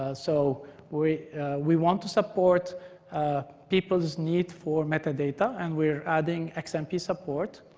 ah so we we want to support people's need for metadata, and we're adding like xmp support.